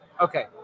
Okay